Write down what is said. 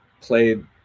played